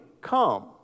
come